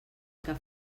que